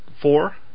four